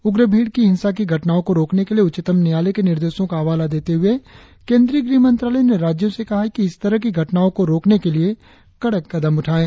उग्र भीड़ की हिंसा की घटनाओं को रोकने के उच्चतम न्यायालय के निर्देशों का हवाला देते हुए गृह मंत्रालय ने राज्यों से कहा है कि इस तरह की घटनाओं को रोकने के लिए कड़े कदम उठायें